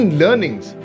learnings